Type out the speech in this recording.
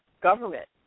government